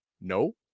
No